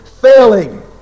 failing